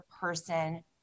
person